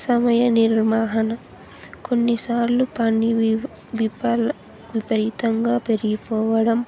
సమయ నిర్మాహణ కొన్నిసార్లు పని వి విపల విపరీతంగా పెరిగిపోవడం